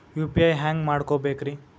UPI ಹ್ಯಾಂಗ ಮಾಡ್ಕೊಬೇಕ್ರಿ?